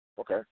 Okay